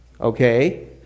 okay